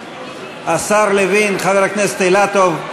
השר לוין, חבר הכנסת אילטוב.